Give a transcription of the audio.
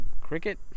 cricket